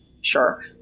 Sure